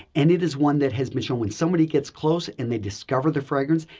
and it is one that has been shown when somebody gets close and they discover the fragrance,